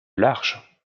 large